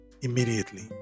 immediately